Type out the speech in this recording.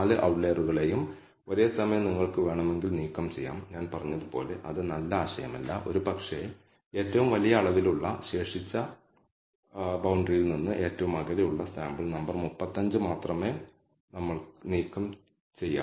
പക്ഷേ എന്നിരുന്നാലും നമ്മൾ ശരിക്കും മുന്നോട്ട് പോയി ഒരു ഇന്റർസെപ്റ്റ് പദം ഫിറ്റ് ചെയ്തു എന്നാൽ ഹൈപോതെസിസ് ടെസ്റ്റുകൾ പറയുന്നത് β0 ഇന്റർസെപ്റ്റ് 0 ആണെന്ന് നിങ്ങൾക്ക് സുരക്ഷിതമായി അനുമാനിക്കാമെന്നും അത് ഭൌതികപരമായി അര്ഥമുള്ളതുമാകുന്നു കൂടാതെ ഡാറ്റയ്ക്ക് മതിയായ β1 മാത്രമേ നമ്മൾക്ക് ഫിറ്റ് ചെയ്യാനാകൂ